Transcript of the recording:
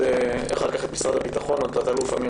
אחר כך נשמע דרך הזום את תא"ל אמיר